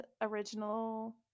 original